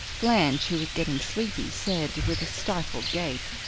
blanche, who was getting sleepy, said, with a stifled gape,